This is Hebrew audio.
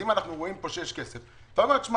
אם אנחנו רואים שיש פה כסף אתה אומר אנחנו